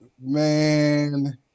man